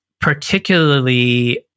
particularly